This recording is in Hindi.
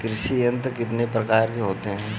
कृषि यंत्र कितने प्रकार के होते हैं?